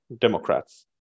Democrats